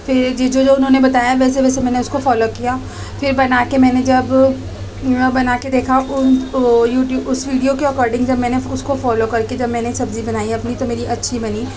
پھر جی جو جو انہوں نے بتایا ویسے ویسے میں نے اس کو فالو کیا پھر بنا کے میں نے جب بنا کے دیکھا وہ یوٹیوب اس ویڈیو کے اکاڈنگ جب میں نے اس کو فالو کر کے جب میں نے سبزی بنائی اپنی تو میری اچھی بنی